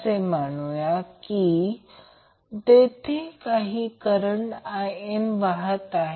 असे मानूया की तेथे काही करंट In वाहत आहे